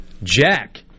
Jack